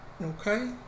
Okay